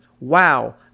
Wow